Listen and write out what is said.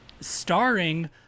starring